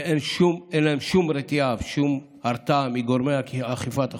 שאין להם שום רתיעה ושום הרתעה מגורמי אכיפת החוק.